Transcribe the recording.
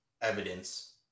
evidence